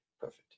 perfect